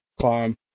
climb